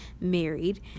married